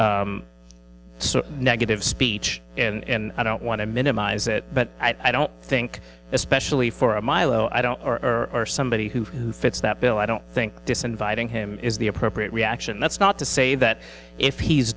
so negative speech and i don't want to minimize it but i don't think especially for a milo i don't or somebody who fits that bill i don't think disinviting him is the appropriate reaction that's not to say that if he's